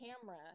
camera